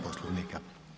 Poslovnika.